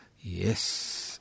Yes